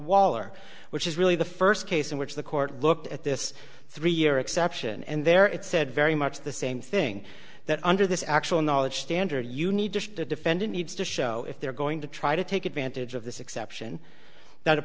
waller which is really the first case in which the court looked at this three year exception and there it said very much the same thing that under this actual knowledge standard you need to the defendant needs to show if they're going to try to take advantage of this exception